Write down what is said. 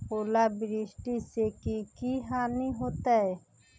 ओलावृष्टि से की की हानि होतै?